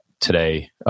today